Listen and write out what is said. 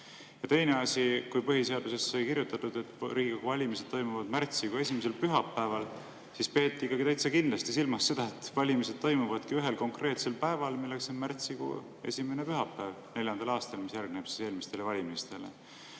Ja teine asi. Kui põhiseadusse sai kirjutatud, et Riigikogu valimised toimuvad märtsikuu esimesel pühapäeval, siis peeti täitsa kindlasti silmas seda, et valimised toimuvadki ühel konkreetsel päeval, milleks on märtsikuu esimene pühapäev neljandal aastal, mis järgneb eelmistele valimistele.